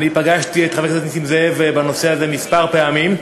פגשתי את חבר הכנסת נסים זאב בנושא הזה כמה פעמים,